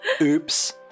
Oops